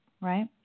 right